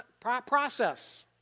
process